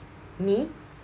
me